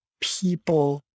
people